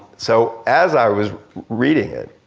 so, as i was reading it,